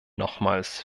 nochmals